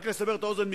רק לסבר את האוזן,